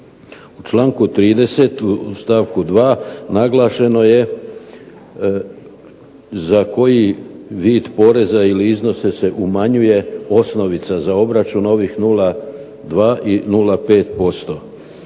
U članku 30. u stavku 2. naglašeno je za koji vid poreza ili iznose se umanjuje osnovica za obračun ovih 0,2 i 0,5%.